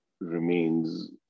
remains